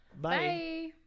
bye